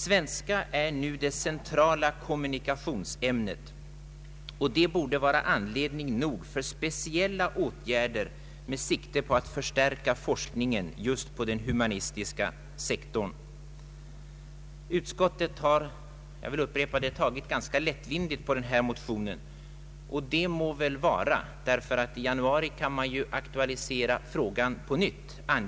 Svenska är nu det centrala kommunikationsämnet, och det borde vara anledning nog att vidtaga speciella åtgärder med sikte på att förstärka forskningen just inom den humanistiska sektorn. Utskottet har, jag vill upprepa det, tagit ganska lättvindigt på denna motion, och det må vara ursäktat: i januari kan på nytt denna angelägna fråga aktualiseras.